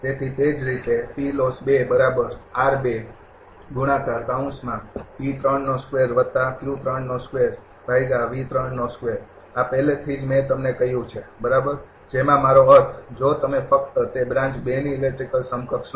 તેથી તે જ રીતે આ પહેલેથી જ મેં તમને કહ્યું છે બરાબર જેમાં મારો અર્થ જો તમે ફક્ત તે બ્રાન્ચ ની ઇલેક્ટ્રિકલ સમકક્ષ લો